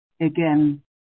again